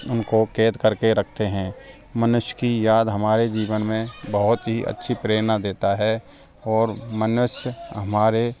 उनको कैद करके रखते हैं मनुष्य की याद हमारे जीवन में बहुत ही अच्छी प्रेरणा देता है और मनुष्य हमारे